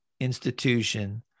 institution